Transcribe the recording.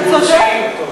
אתה צודק.